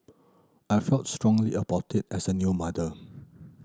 I felt strongly about it as a new mother